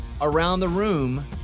around-the-room